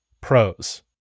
pros